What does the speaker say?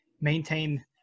maintain